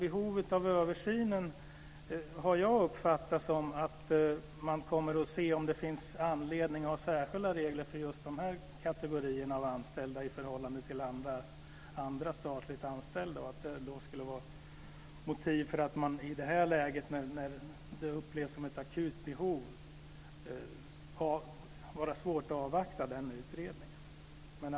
Behovet av översynen har jag uppfattat som att man kommer att titta närmare på om det finns anledning att ha särskilda regler för just de här kategorierna anställda i förhållande till andra statligt anställda. Det skulle då vara motiv för att man i det här läget, när det upplevs som ett akut behov, har svårt att avvakta den utredningen.